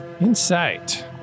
Insight